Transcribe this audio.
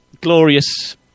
glorious